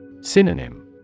Synonym